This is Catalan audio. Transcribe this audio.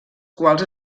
quals